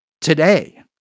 today